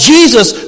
Jesus